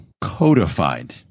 codified